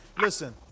listen